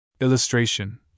Illustration